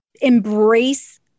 embrace